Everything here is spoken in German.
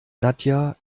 nadja